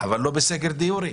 אבל לא בסגר דה-יורה,